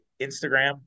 Instagram